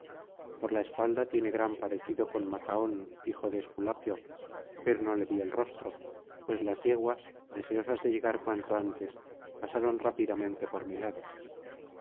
por la espalda tiene gran parecido con macaón hijo de esculapio pero no le vi el rostro pues las yeguas deseosas de llegar cuanto antes pasaron rápidamente por mi lado